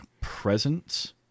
presence